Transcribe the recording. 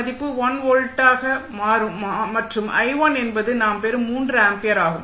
மதிப்பு 1 வோல்ட் மற்றும் என்பது நாம் பெறும் 3 ஆம்பியர் ஆகும்